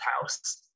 House